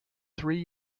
three